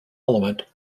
element